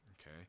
okay